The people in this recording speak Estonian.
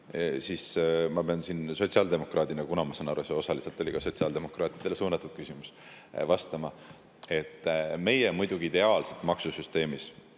siis ma pean siin sotsiaaldemokraadina – kuna, ma saan aru, see osaliselt oli ka sotsiaaldemokraatidele suunatud küsimus – vastama, et meie näeme ideaalse maksusüsteemina